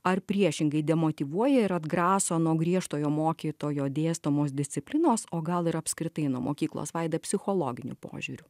ar priešingai demotyvuoja ir atgrąso nuo griežtojo mokytojo dėstomos disciplinos o gal ir apskritai nuo mokyklos vaida psichologiniu požiūriu